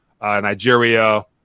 Nigeria